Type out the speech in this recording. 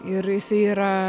ir jisai yra